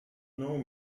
know